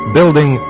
Building